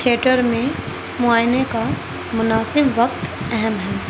theatre میں معائنے کا مناسب وقت اہم ہے